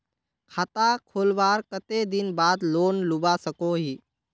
खाता खोलवार कते दिन बाद लोन लुबा सकोहो ही?